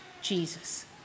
Jesus